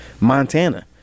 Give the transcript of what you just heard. Montana